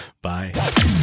Bye